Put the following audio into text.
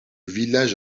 village